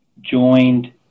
joined